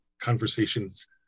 conversations